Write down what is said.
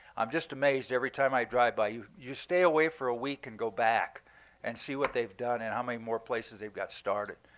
i'm just amazed every time i drive by. you you stay away for a week and go back and see what they've done and how many more places they've got started.